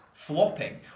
Flopping